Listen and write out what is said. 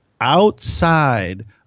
outside